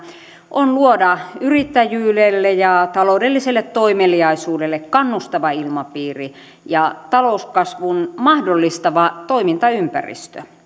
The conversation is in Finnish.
on luoda yrittäjyydelle ja taloudelliselle toimeliaisuudelle kannustava ilmapiiri ja talouskasvun mahdollistava toimintaympäristö